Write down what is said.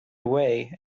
away